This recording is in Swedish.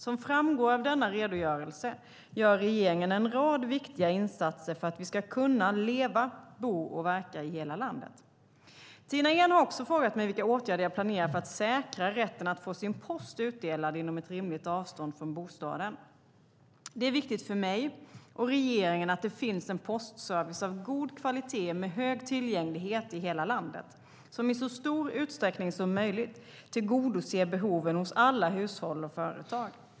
Som framgår av denna redogörelse gör regeringen en rad viktiga insatser för att vi ska kunna leva, bo och verka i hela landet. Tina Ehn har också frågat mig vilka åtgärder jag planerar för att säkra rätten att få sin post utdelad inom ett rimligt avstånd från bostaden. Det är viktigt för mig och regeringen att det finns en postservice av god kvalitet med hög tillgänglighet i hela landet som i så stor utsträckning som möjligt tillgodoser behoven hos alla hushåll och företag.